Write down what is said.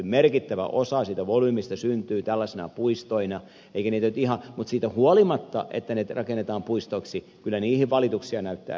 merkittävä osa siitä volyymistä syntyy tällaisina puistoina mutta siitä huolimatta että niitä rakennetaan puistoiksi kyllä niistä valituksia näyttää löytyvän